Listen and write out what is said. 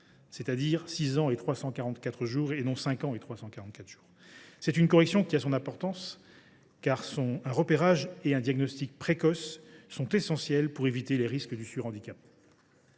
c’est à dire 6 ans et 344 jours, et non 5 ans et 344 jours. Cette correction a son importance, car un repérage et un diagnostic précoces sont essentiels pour éviter les risques de surhandicap.